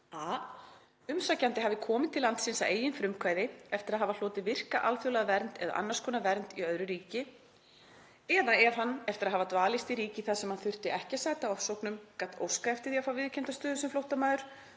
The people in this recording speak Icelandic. a. umsækjandi hafi komið til landsins að eigin frumkvæði eftir að hafa hlotið virka alþjóðlega vernd eða annars konar vernd í öðru ríki eða ef hann, eftir að hafa dvalist í ríki þar sem hann þurfti ekki að sæta ofsóknum, gat óskað eftir því að fá viðurkennda stöðu sem flóttamaður